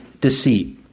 deceit